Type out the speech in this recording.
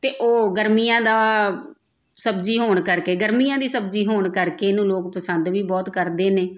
ਅਤੇ ਉਹ ਗਰਮੀਆਂ ਦਾ ਸਬਜ਼ੀ ਹੋਣ ਕਰਕੇ ਗਰਮੀਆਂ ਦੀ ਸਬਜ਼ੀ ਹੋਣ ਕਰਕੇ ਇਹਨੂੰ ਲੋਕ ਪਸੰਦ ਵੀ ਬਹੁਤ ਕਰਦੇ ਨੇ